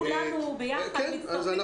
סגור עד הסוף אבל יש הסכמות.